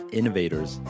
innovators